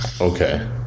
Okay